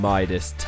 Midas